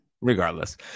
regardless